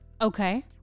okay